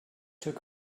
took